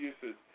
uses